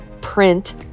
print